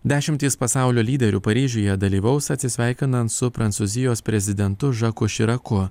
dešimtys pasaulio lyderių paryžiuje dalyvaus atsisveikinant su prancūzijos prezidentu žaku širaku